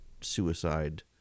suicide